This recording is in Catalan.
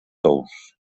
tous